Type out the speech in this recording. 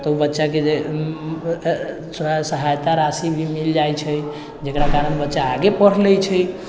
तऽ बच्चाके जे सहायता राशि भी मिल जाइ छै जकरा बच्चा आगे पढ़ि लै छै